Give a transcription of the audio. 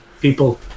people